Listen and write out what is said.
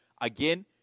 Again